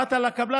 באת אל הקבלן,